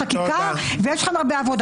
רק דרך חוק יסוד: חקיקה ויש לכם הרבה עבודה.